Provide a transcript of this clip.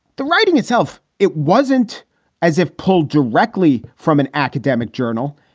the writing itself. it wasn't as if pulled directly from an academic journal.